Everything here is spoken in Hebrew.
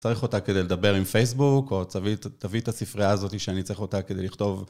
צריך אותה כדי לדבר עם פייסבוק, או תביאי את הספרייה הזאתי שאני צריך אותה כדי לכתוב.